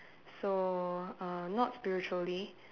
so uh not spiritually